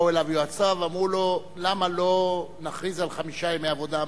באו אליו יועציו ואמרו לו: למה לא נכריז על חמישה ימי עבודה?